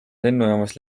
lennujaamas